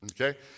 Okay